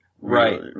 Right